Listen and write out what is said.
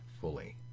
fully